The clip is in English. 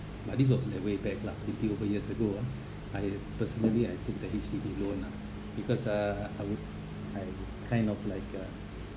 but this was in way back lah fifty over years ago ah I personally I took the H_D_B loan lah because uh I I kind of like a